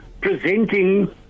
presenting